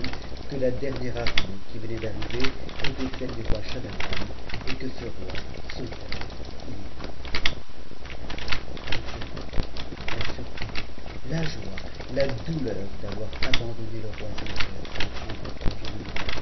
que la dernière armée qui venait d'arriver était celle du roi schahzaman et que ce roi son père y était en personne l'étonnement la surprise la joie la douleur d'avoir abandonné le roi mapëre sans prendre congé de lui